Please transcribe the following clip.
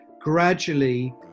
gradually